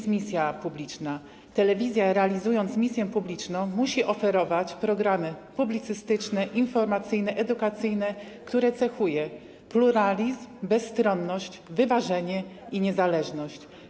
Telewizja, realizując misję publiczną, musi oferować programy publicystyczne, informacyjne, edukacyjne, które cechują: pluralizm, bezstronność, wyważenie i niezależność.